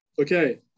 Okay